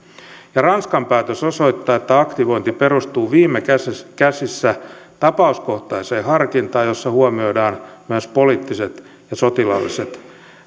ranskan päätös osoittaa että aktivointi perustuu viime kädessä tapauskohtaiseen harkintaan jossa huomioidaan myös poliittiset ja sotilaalliset